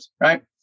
right